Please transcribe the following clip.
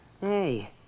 Hey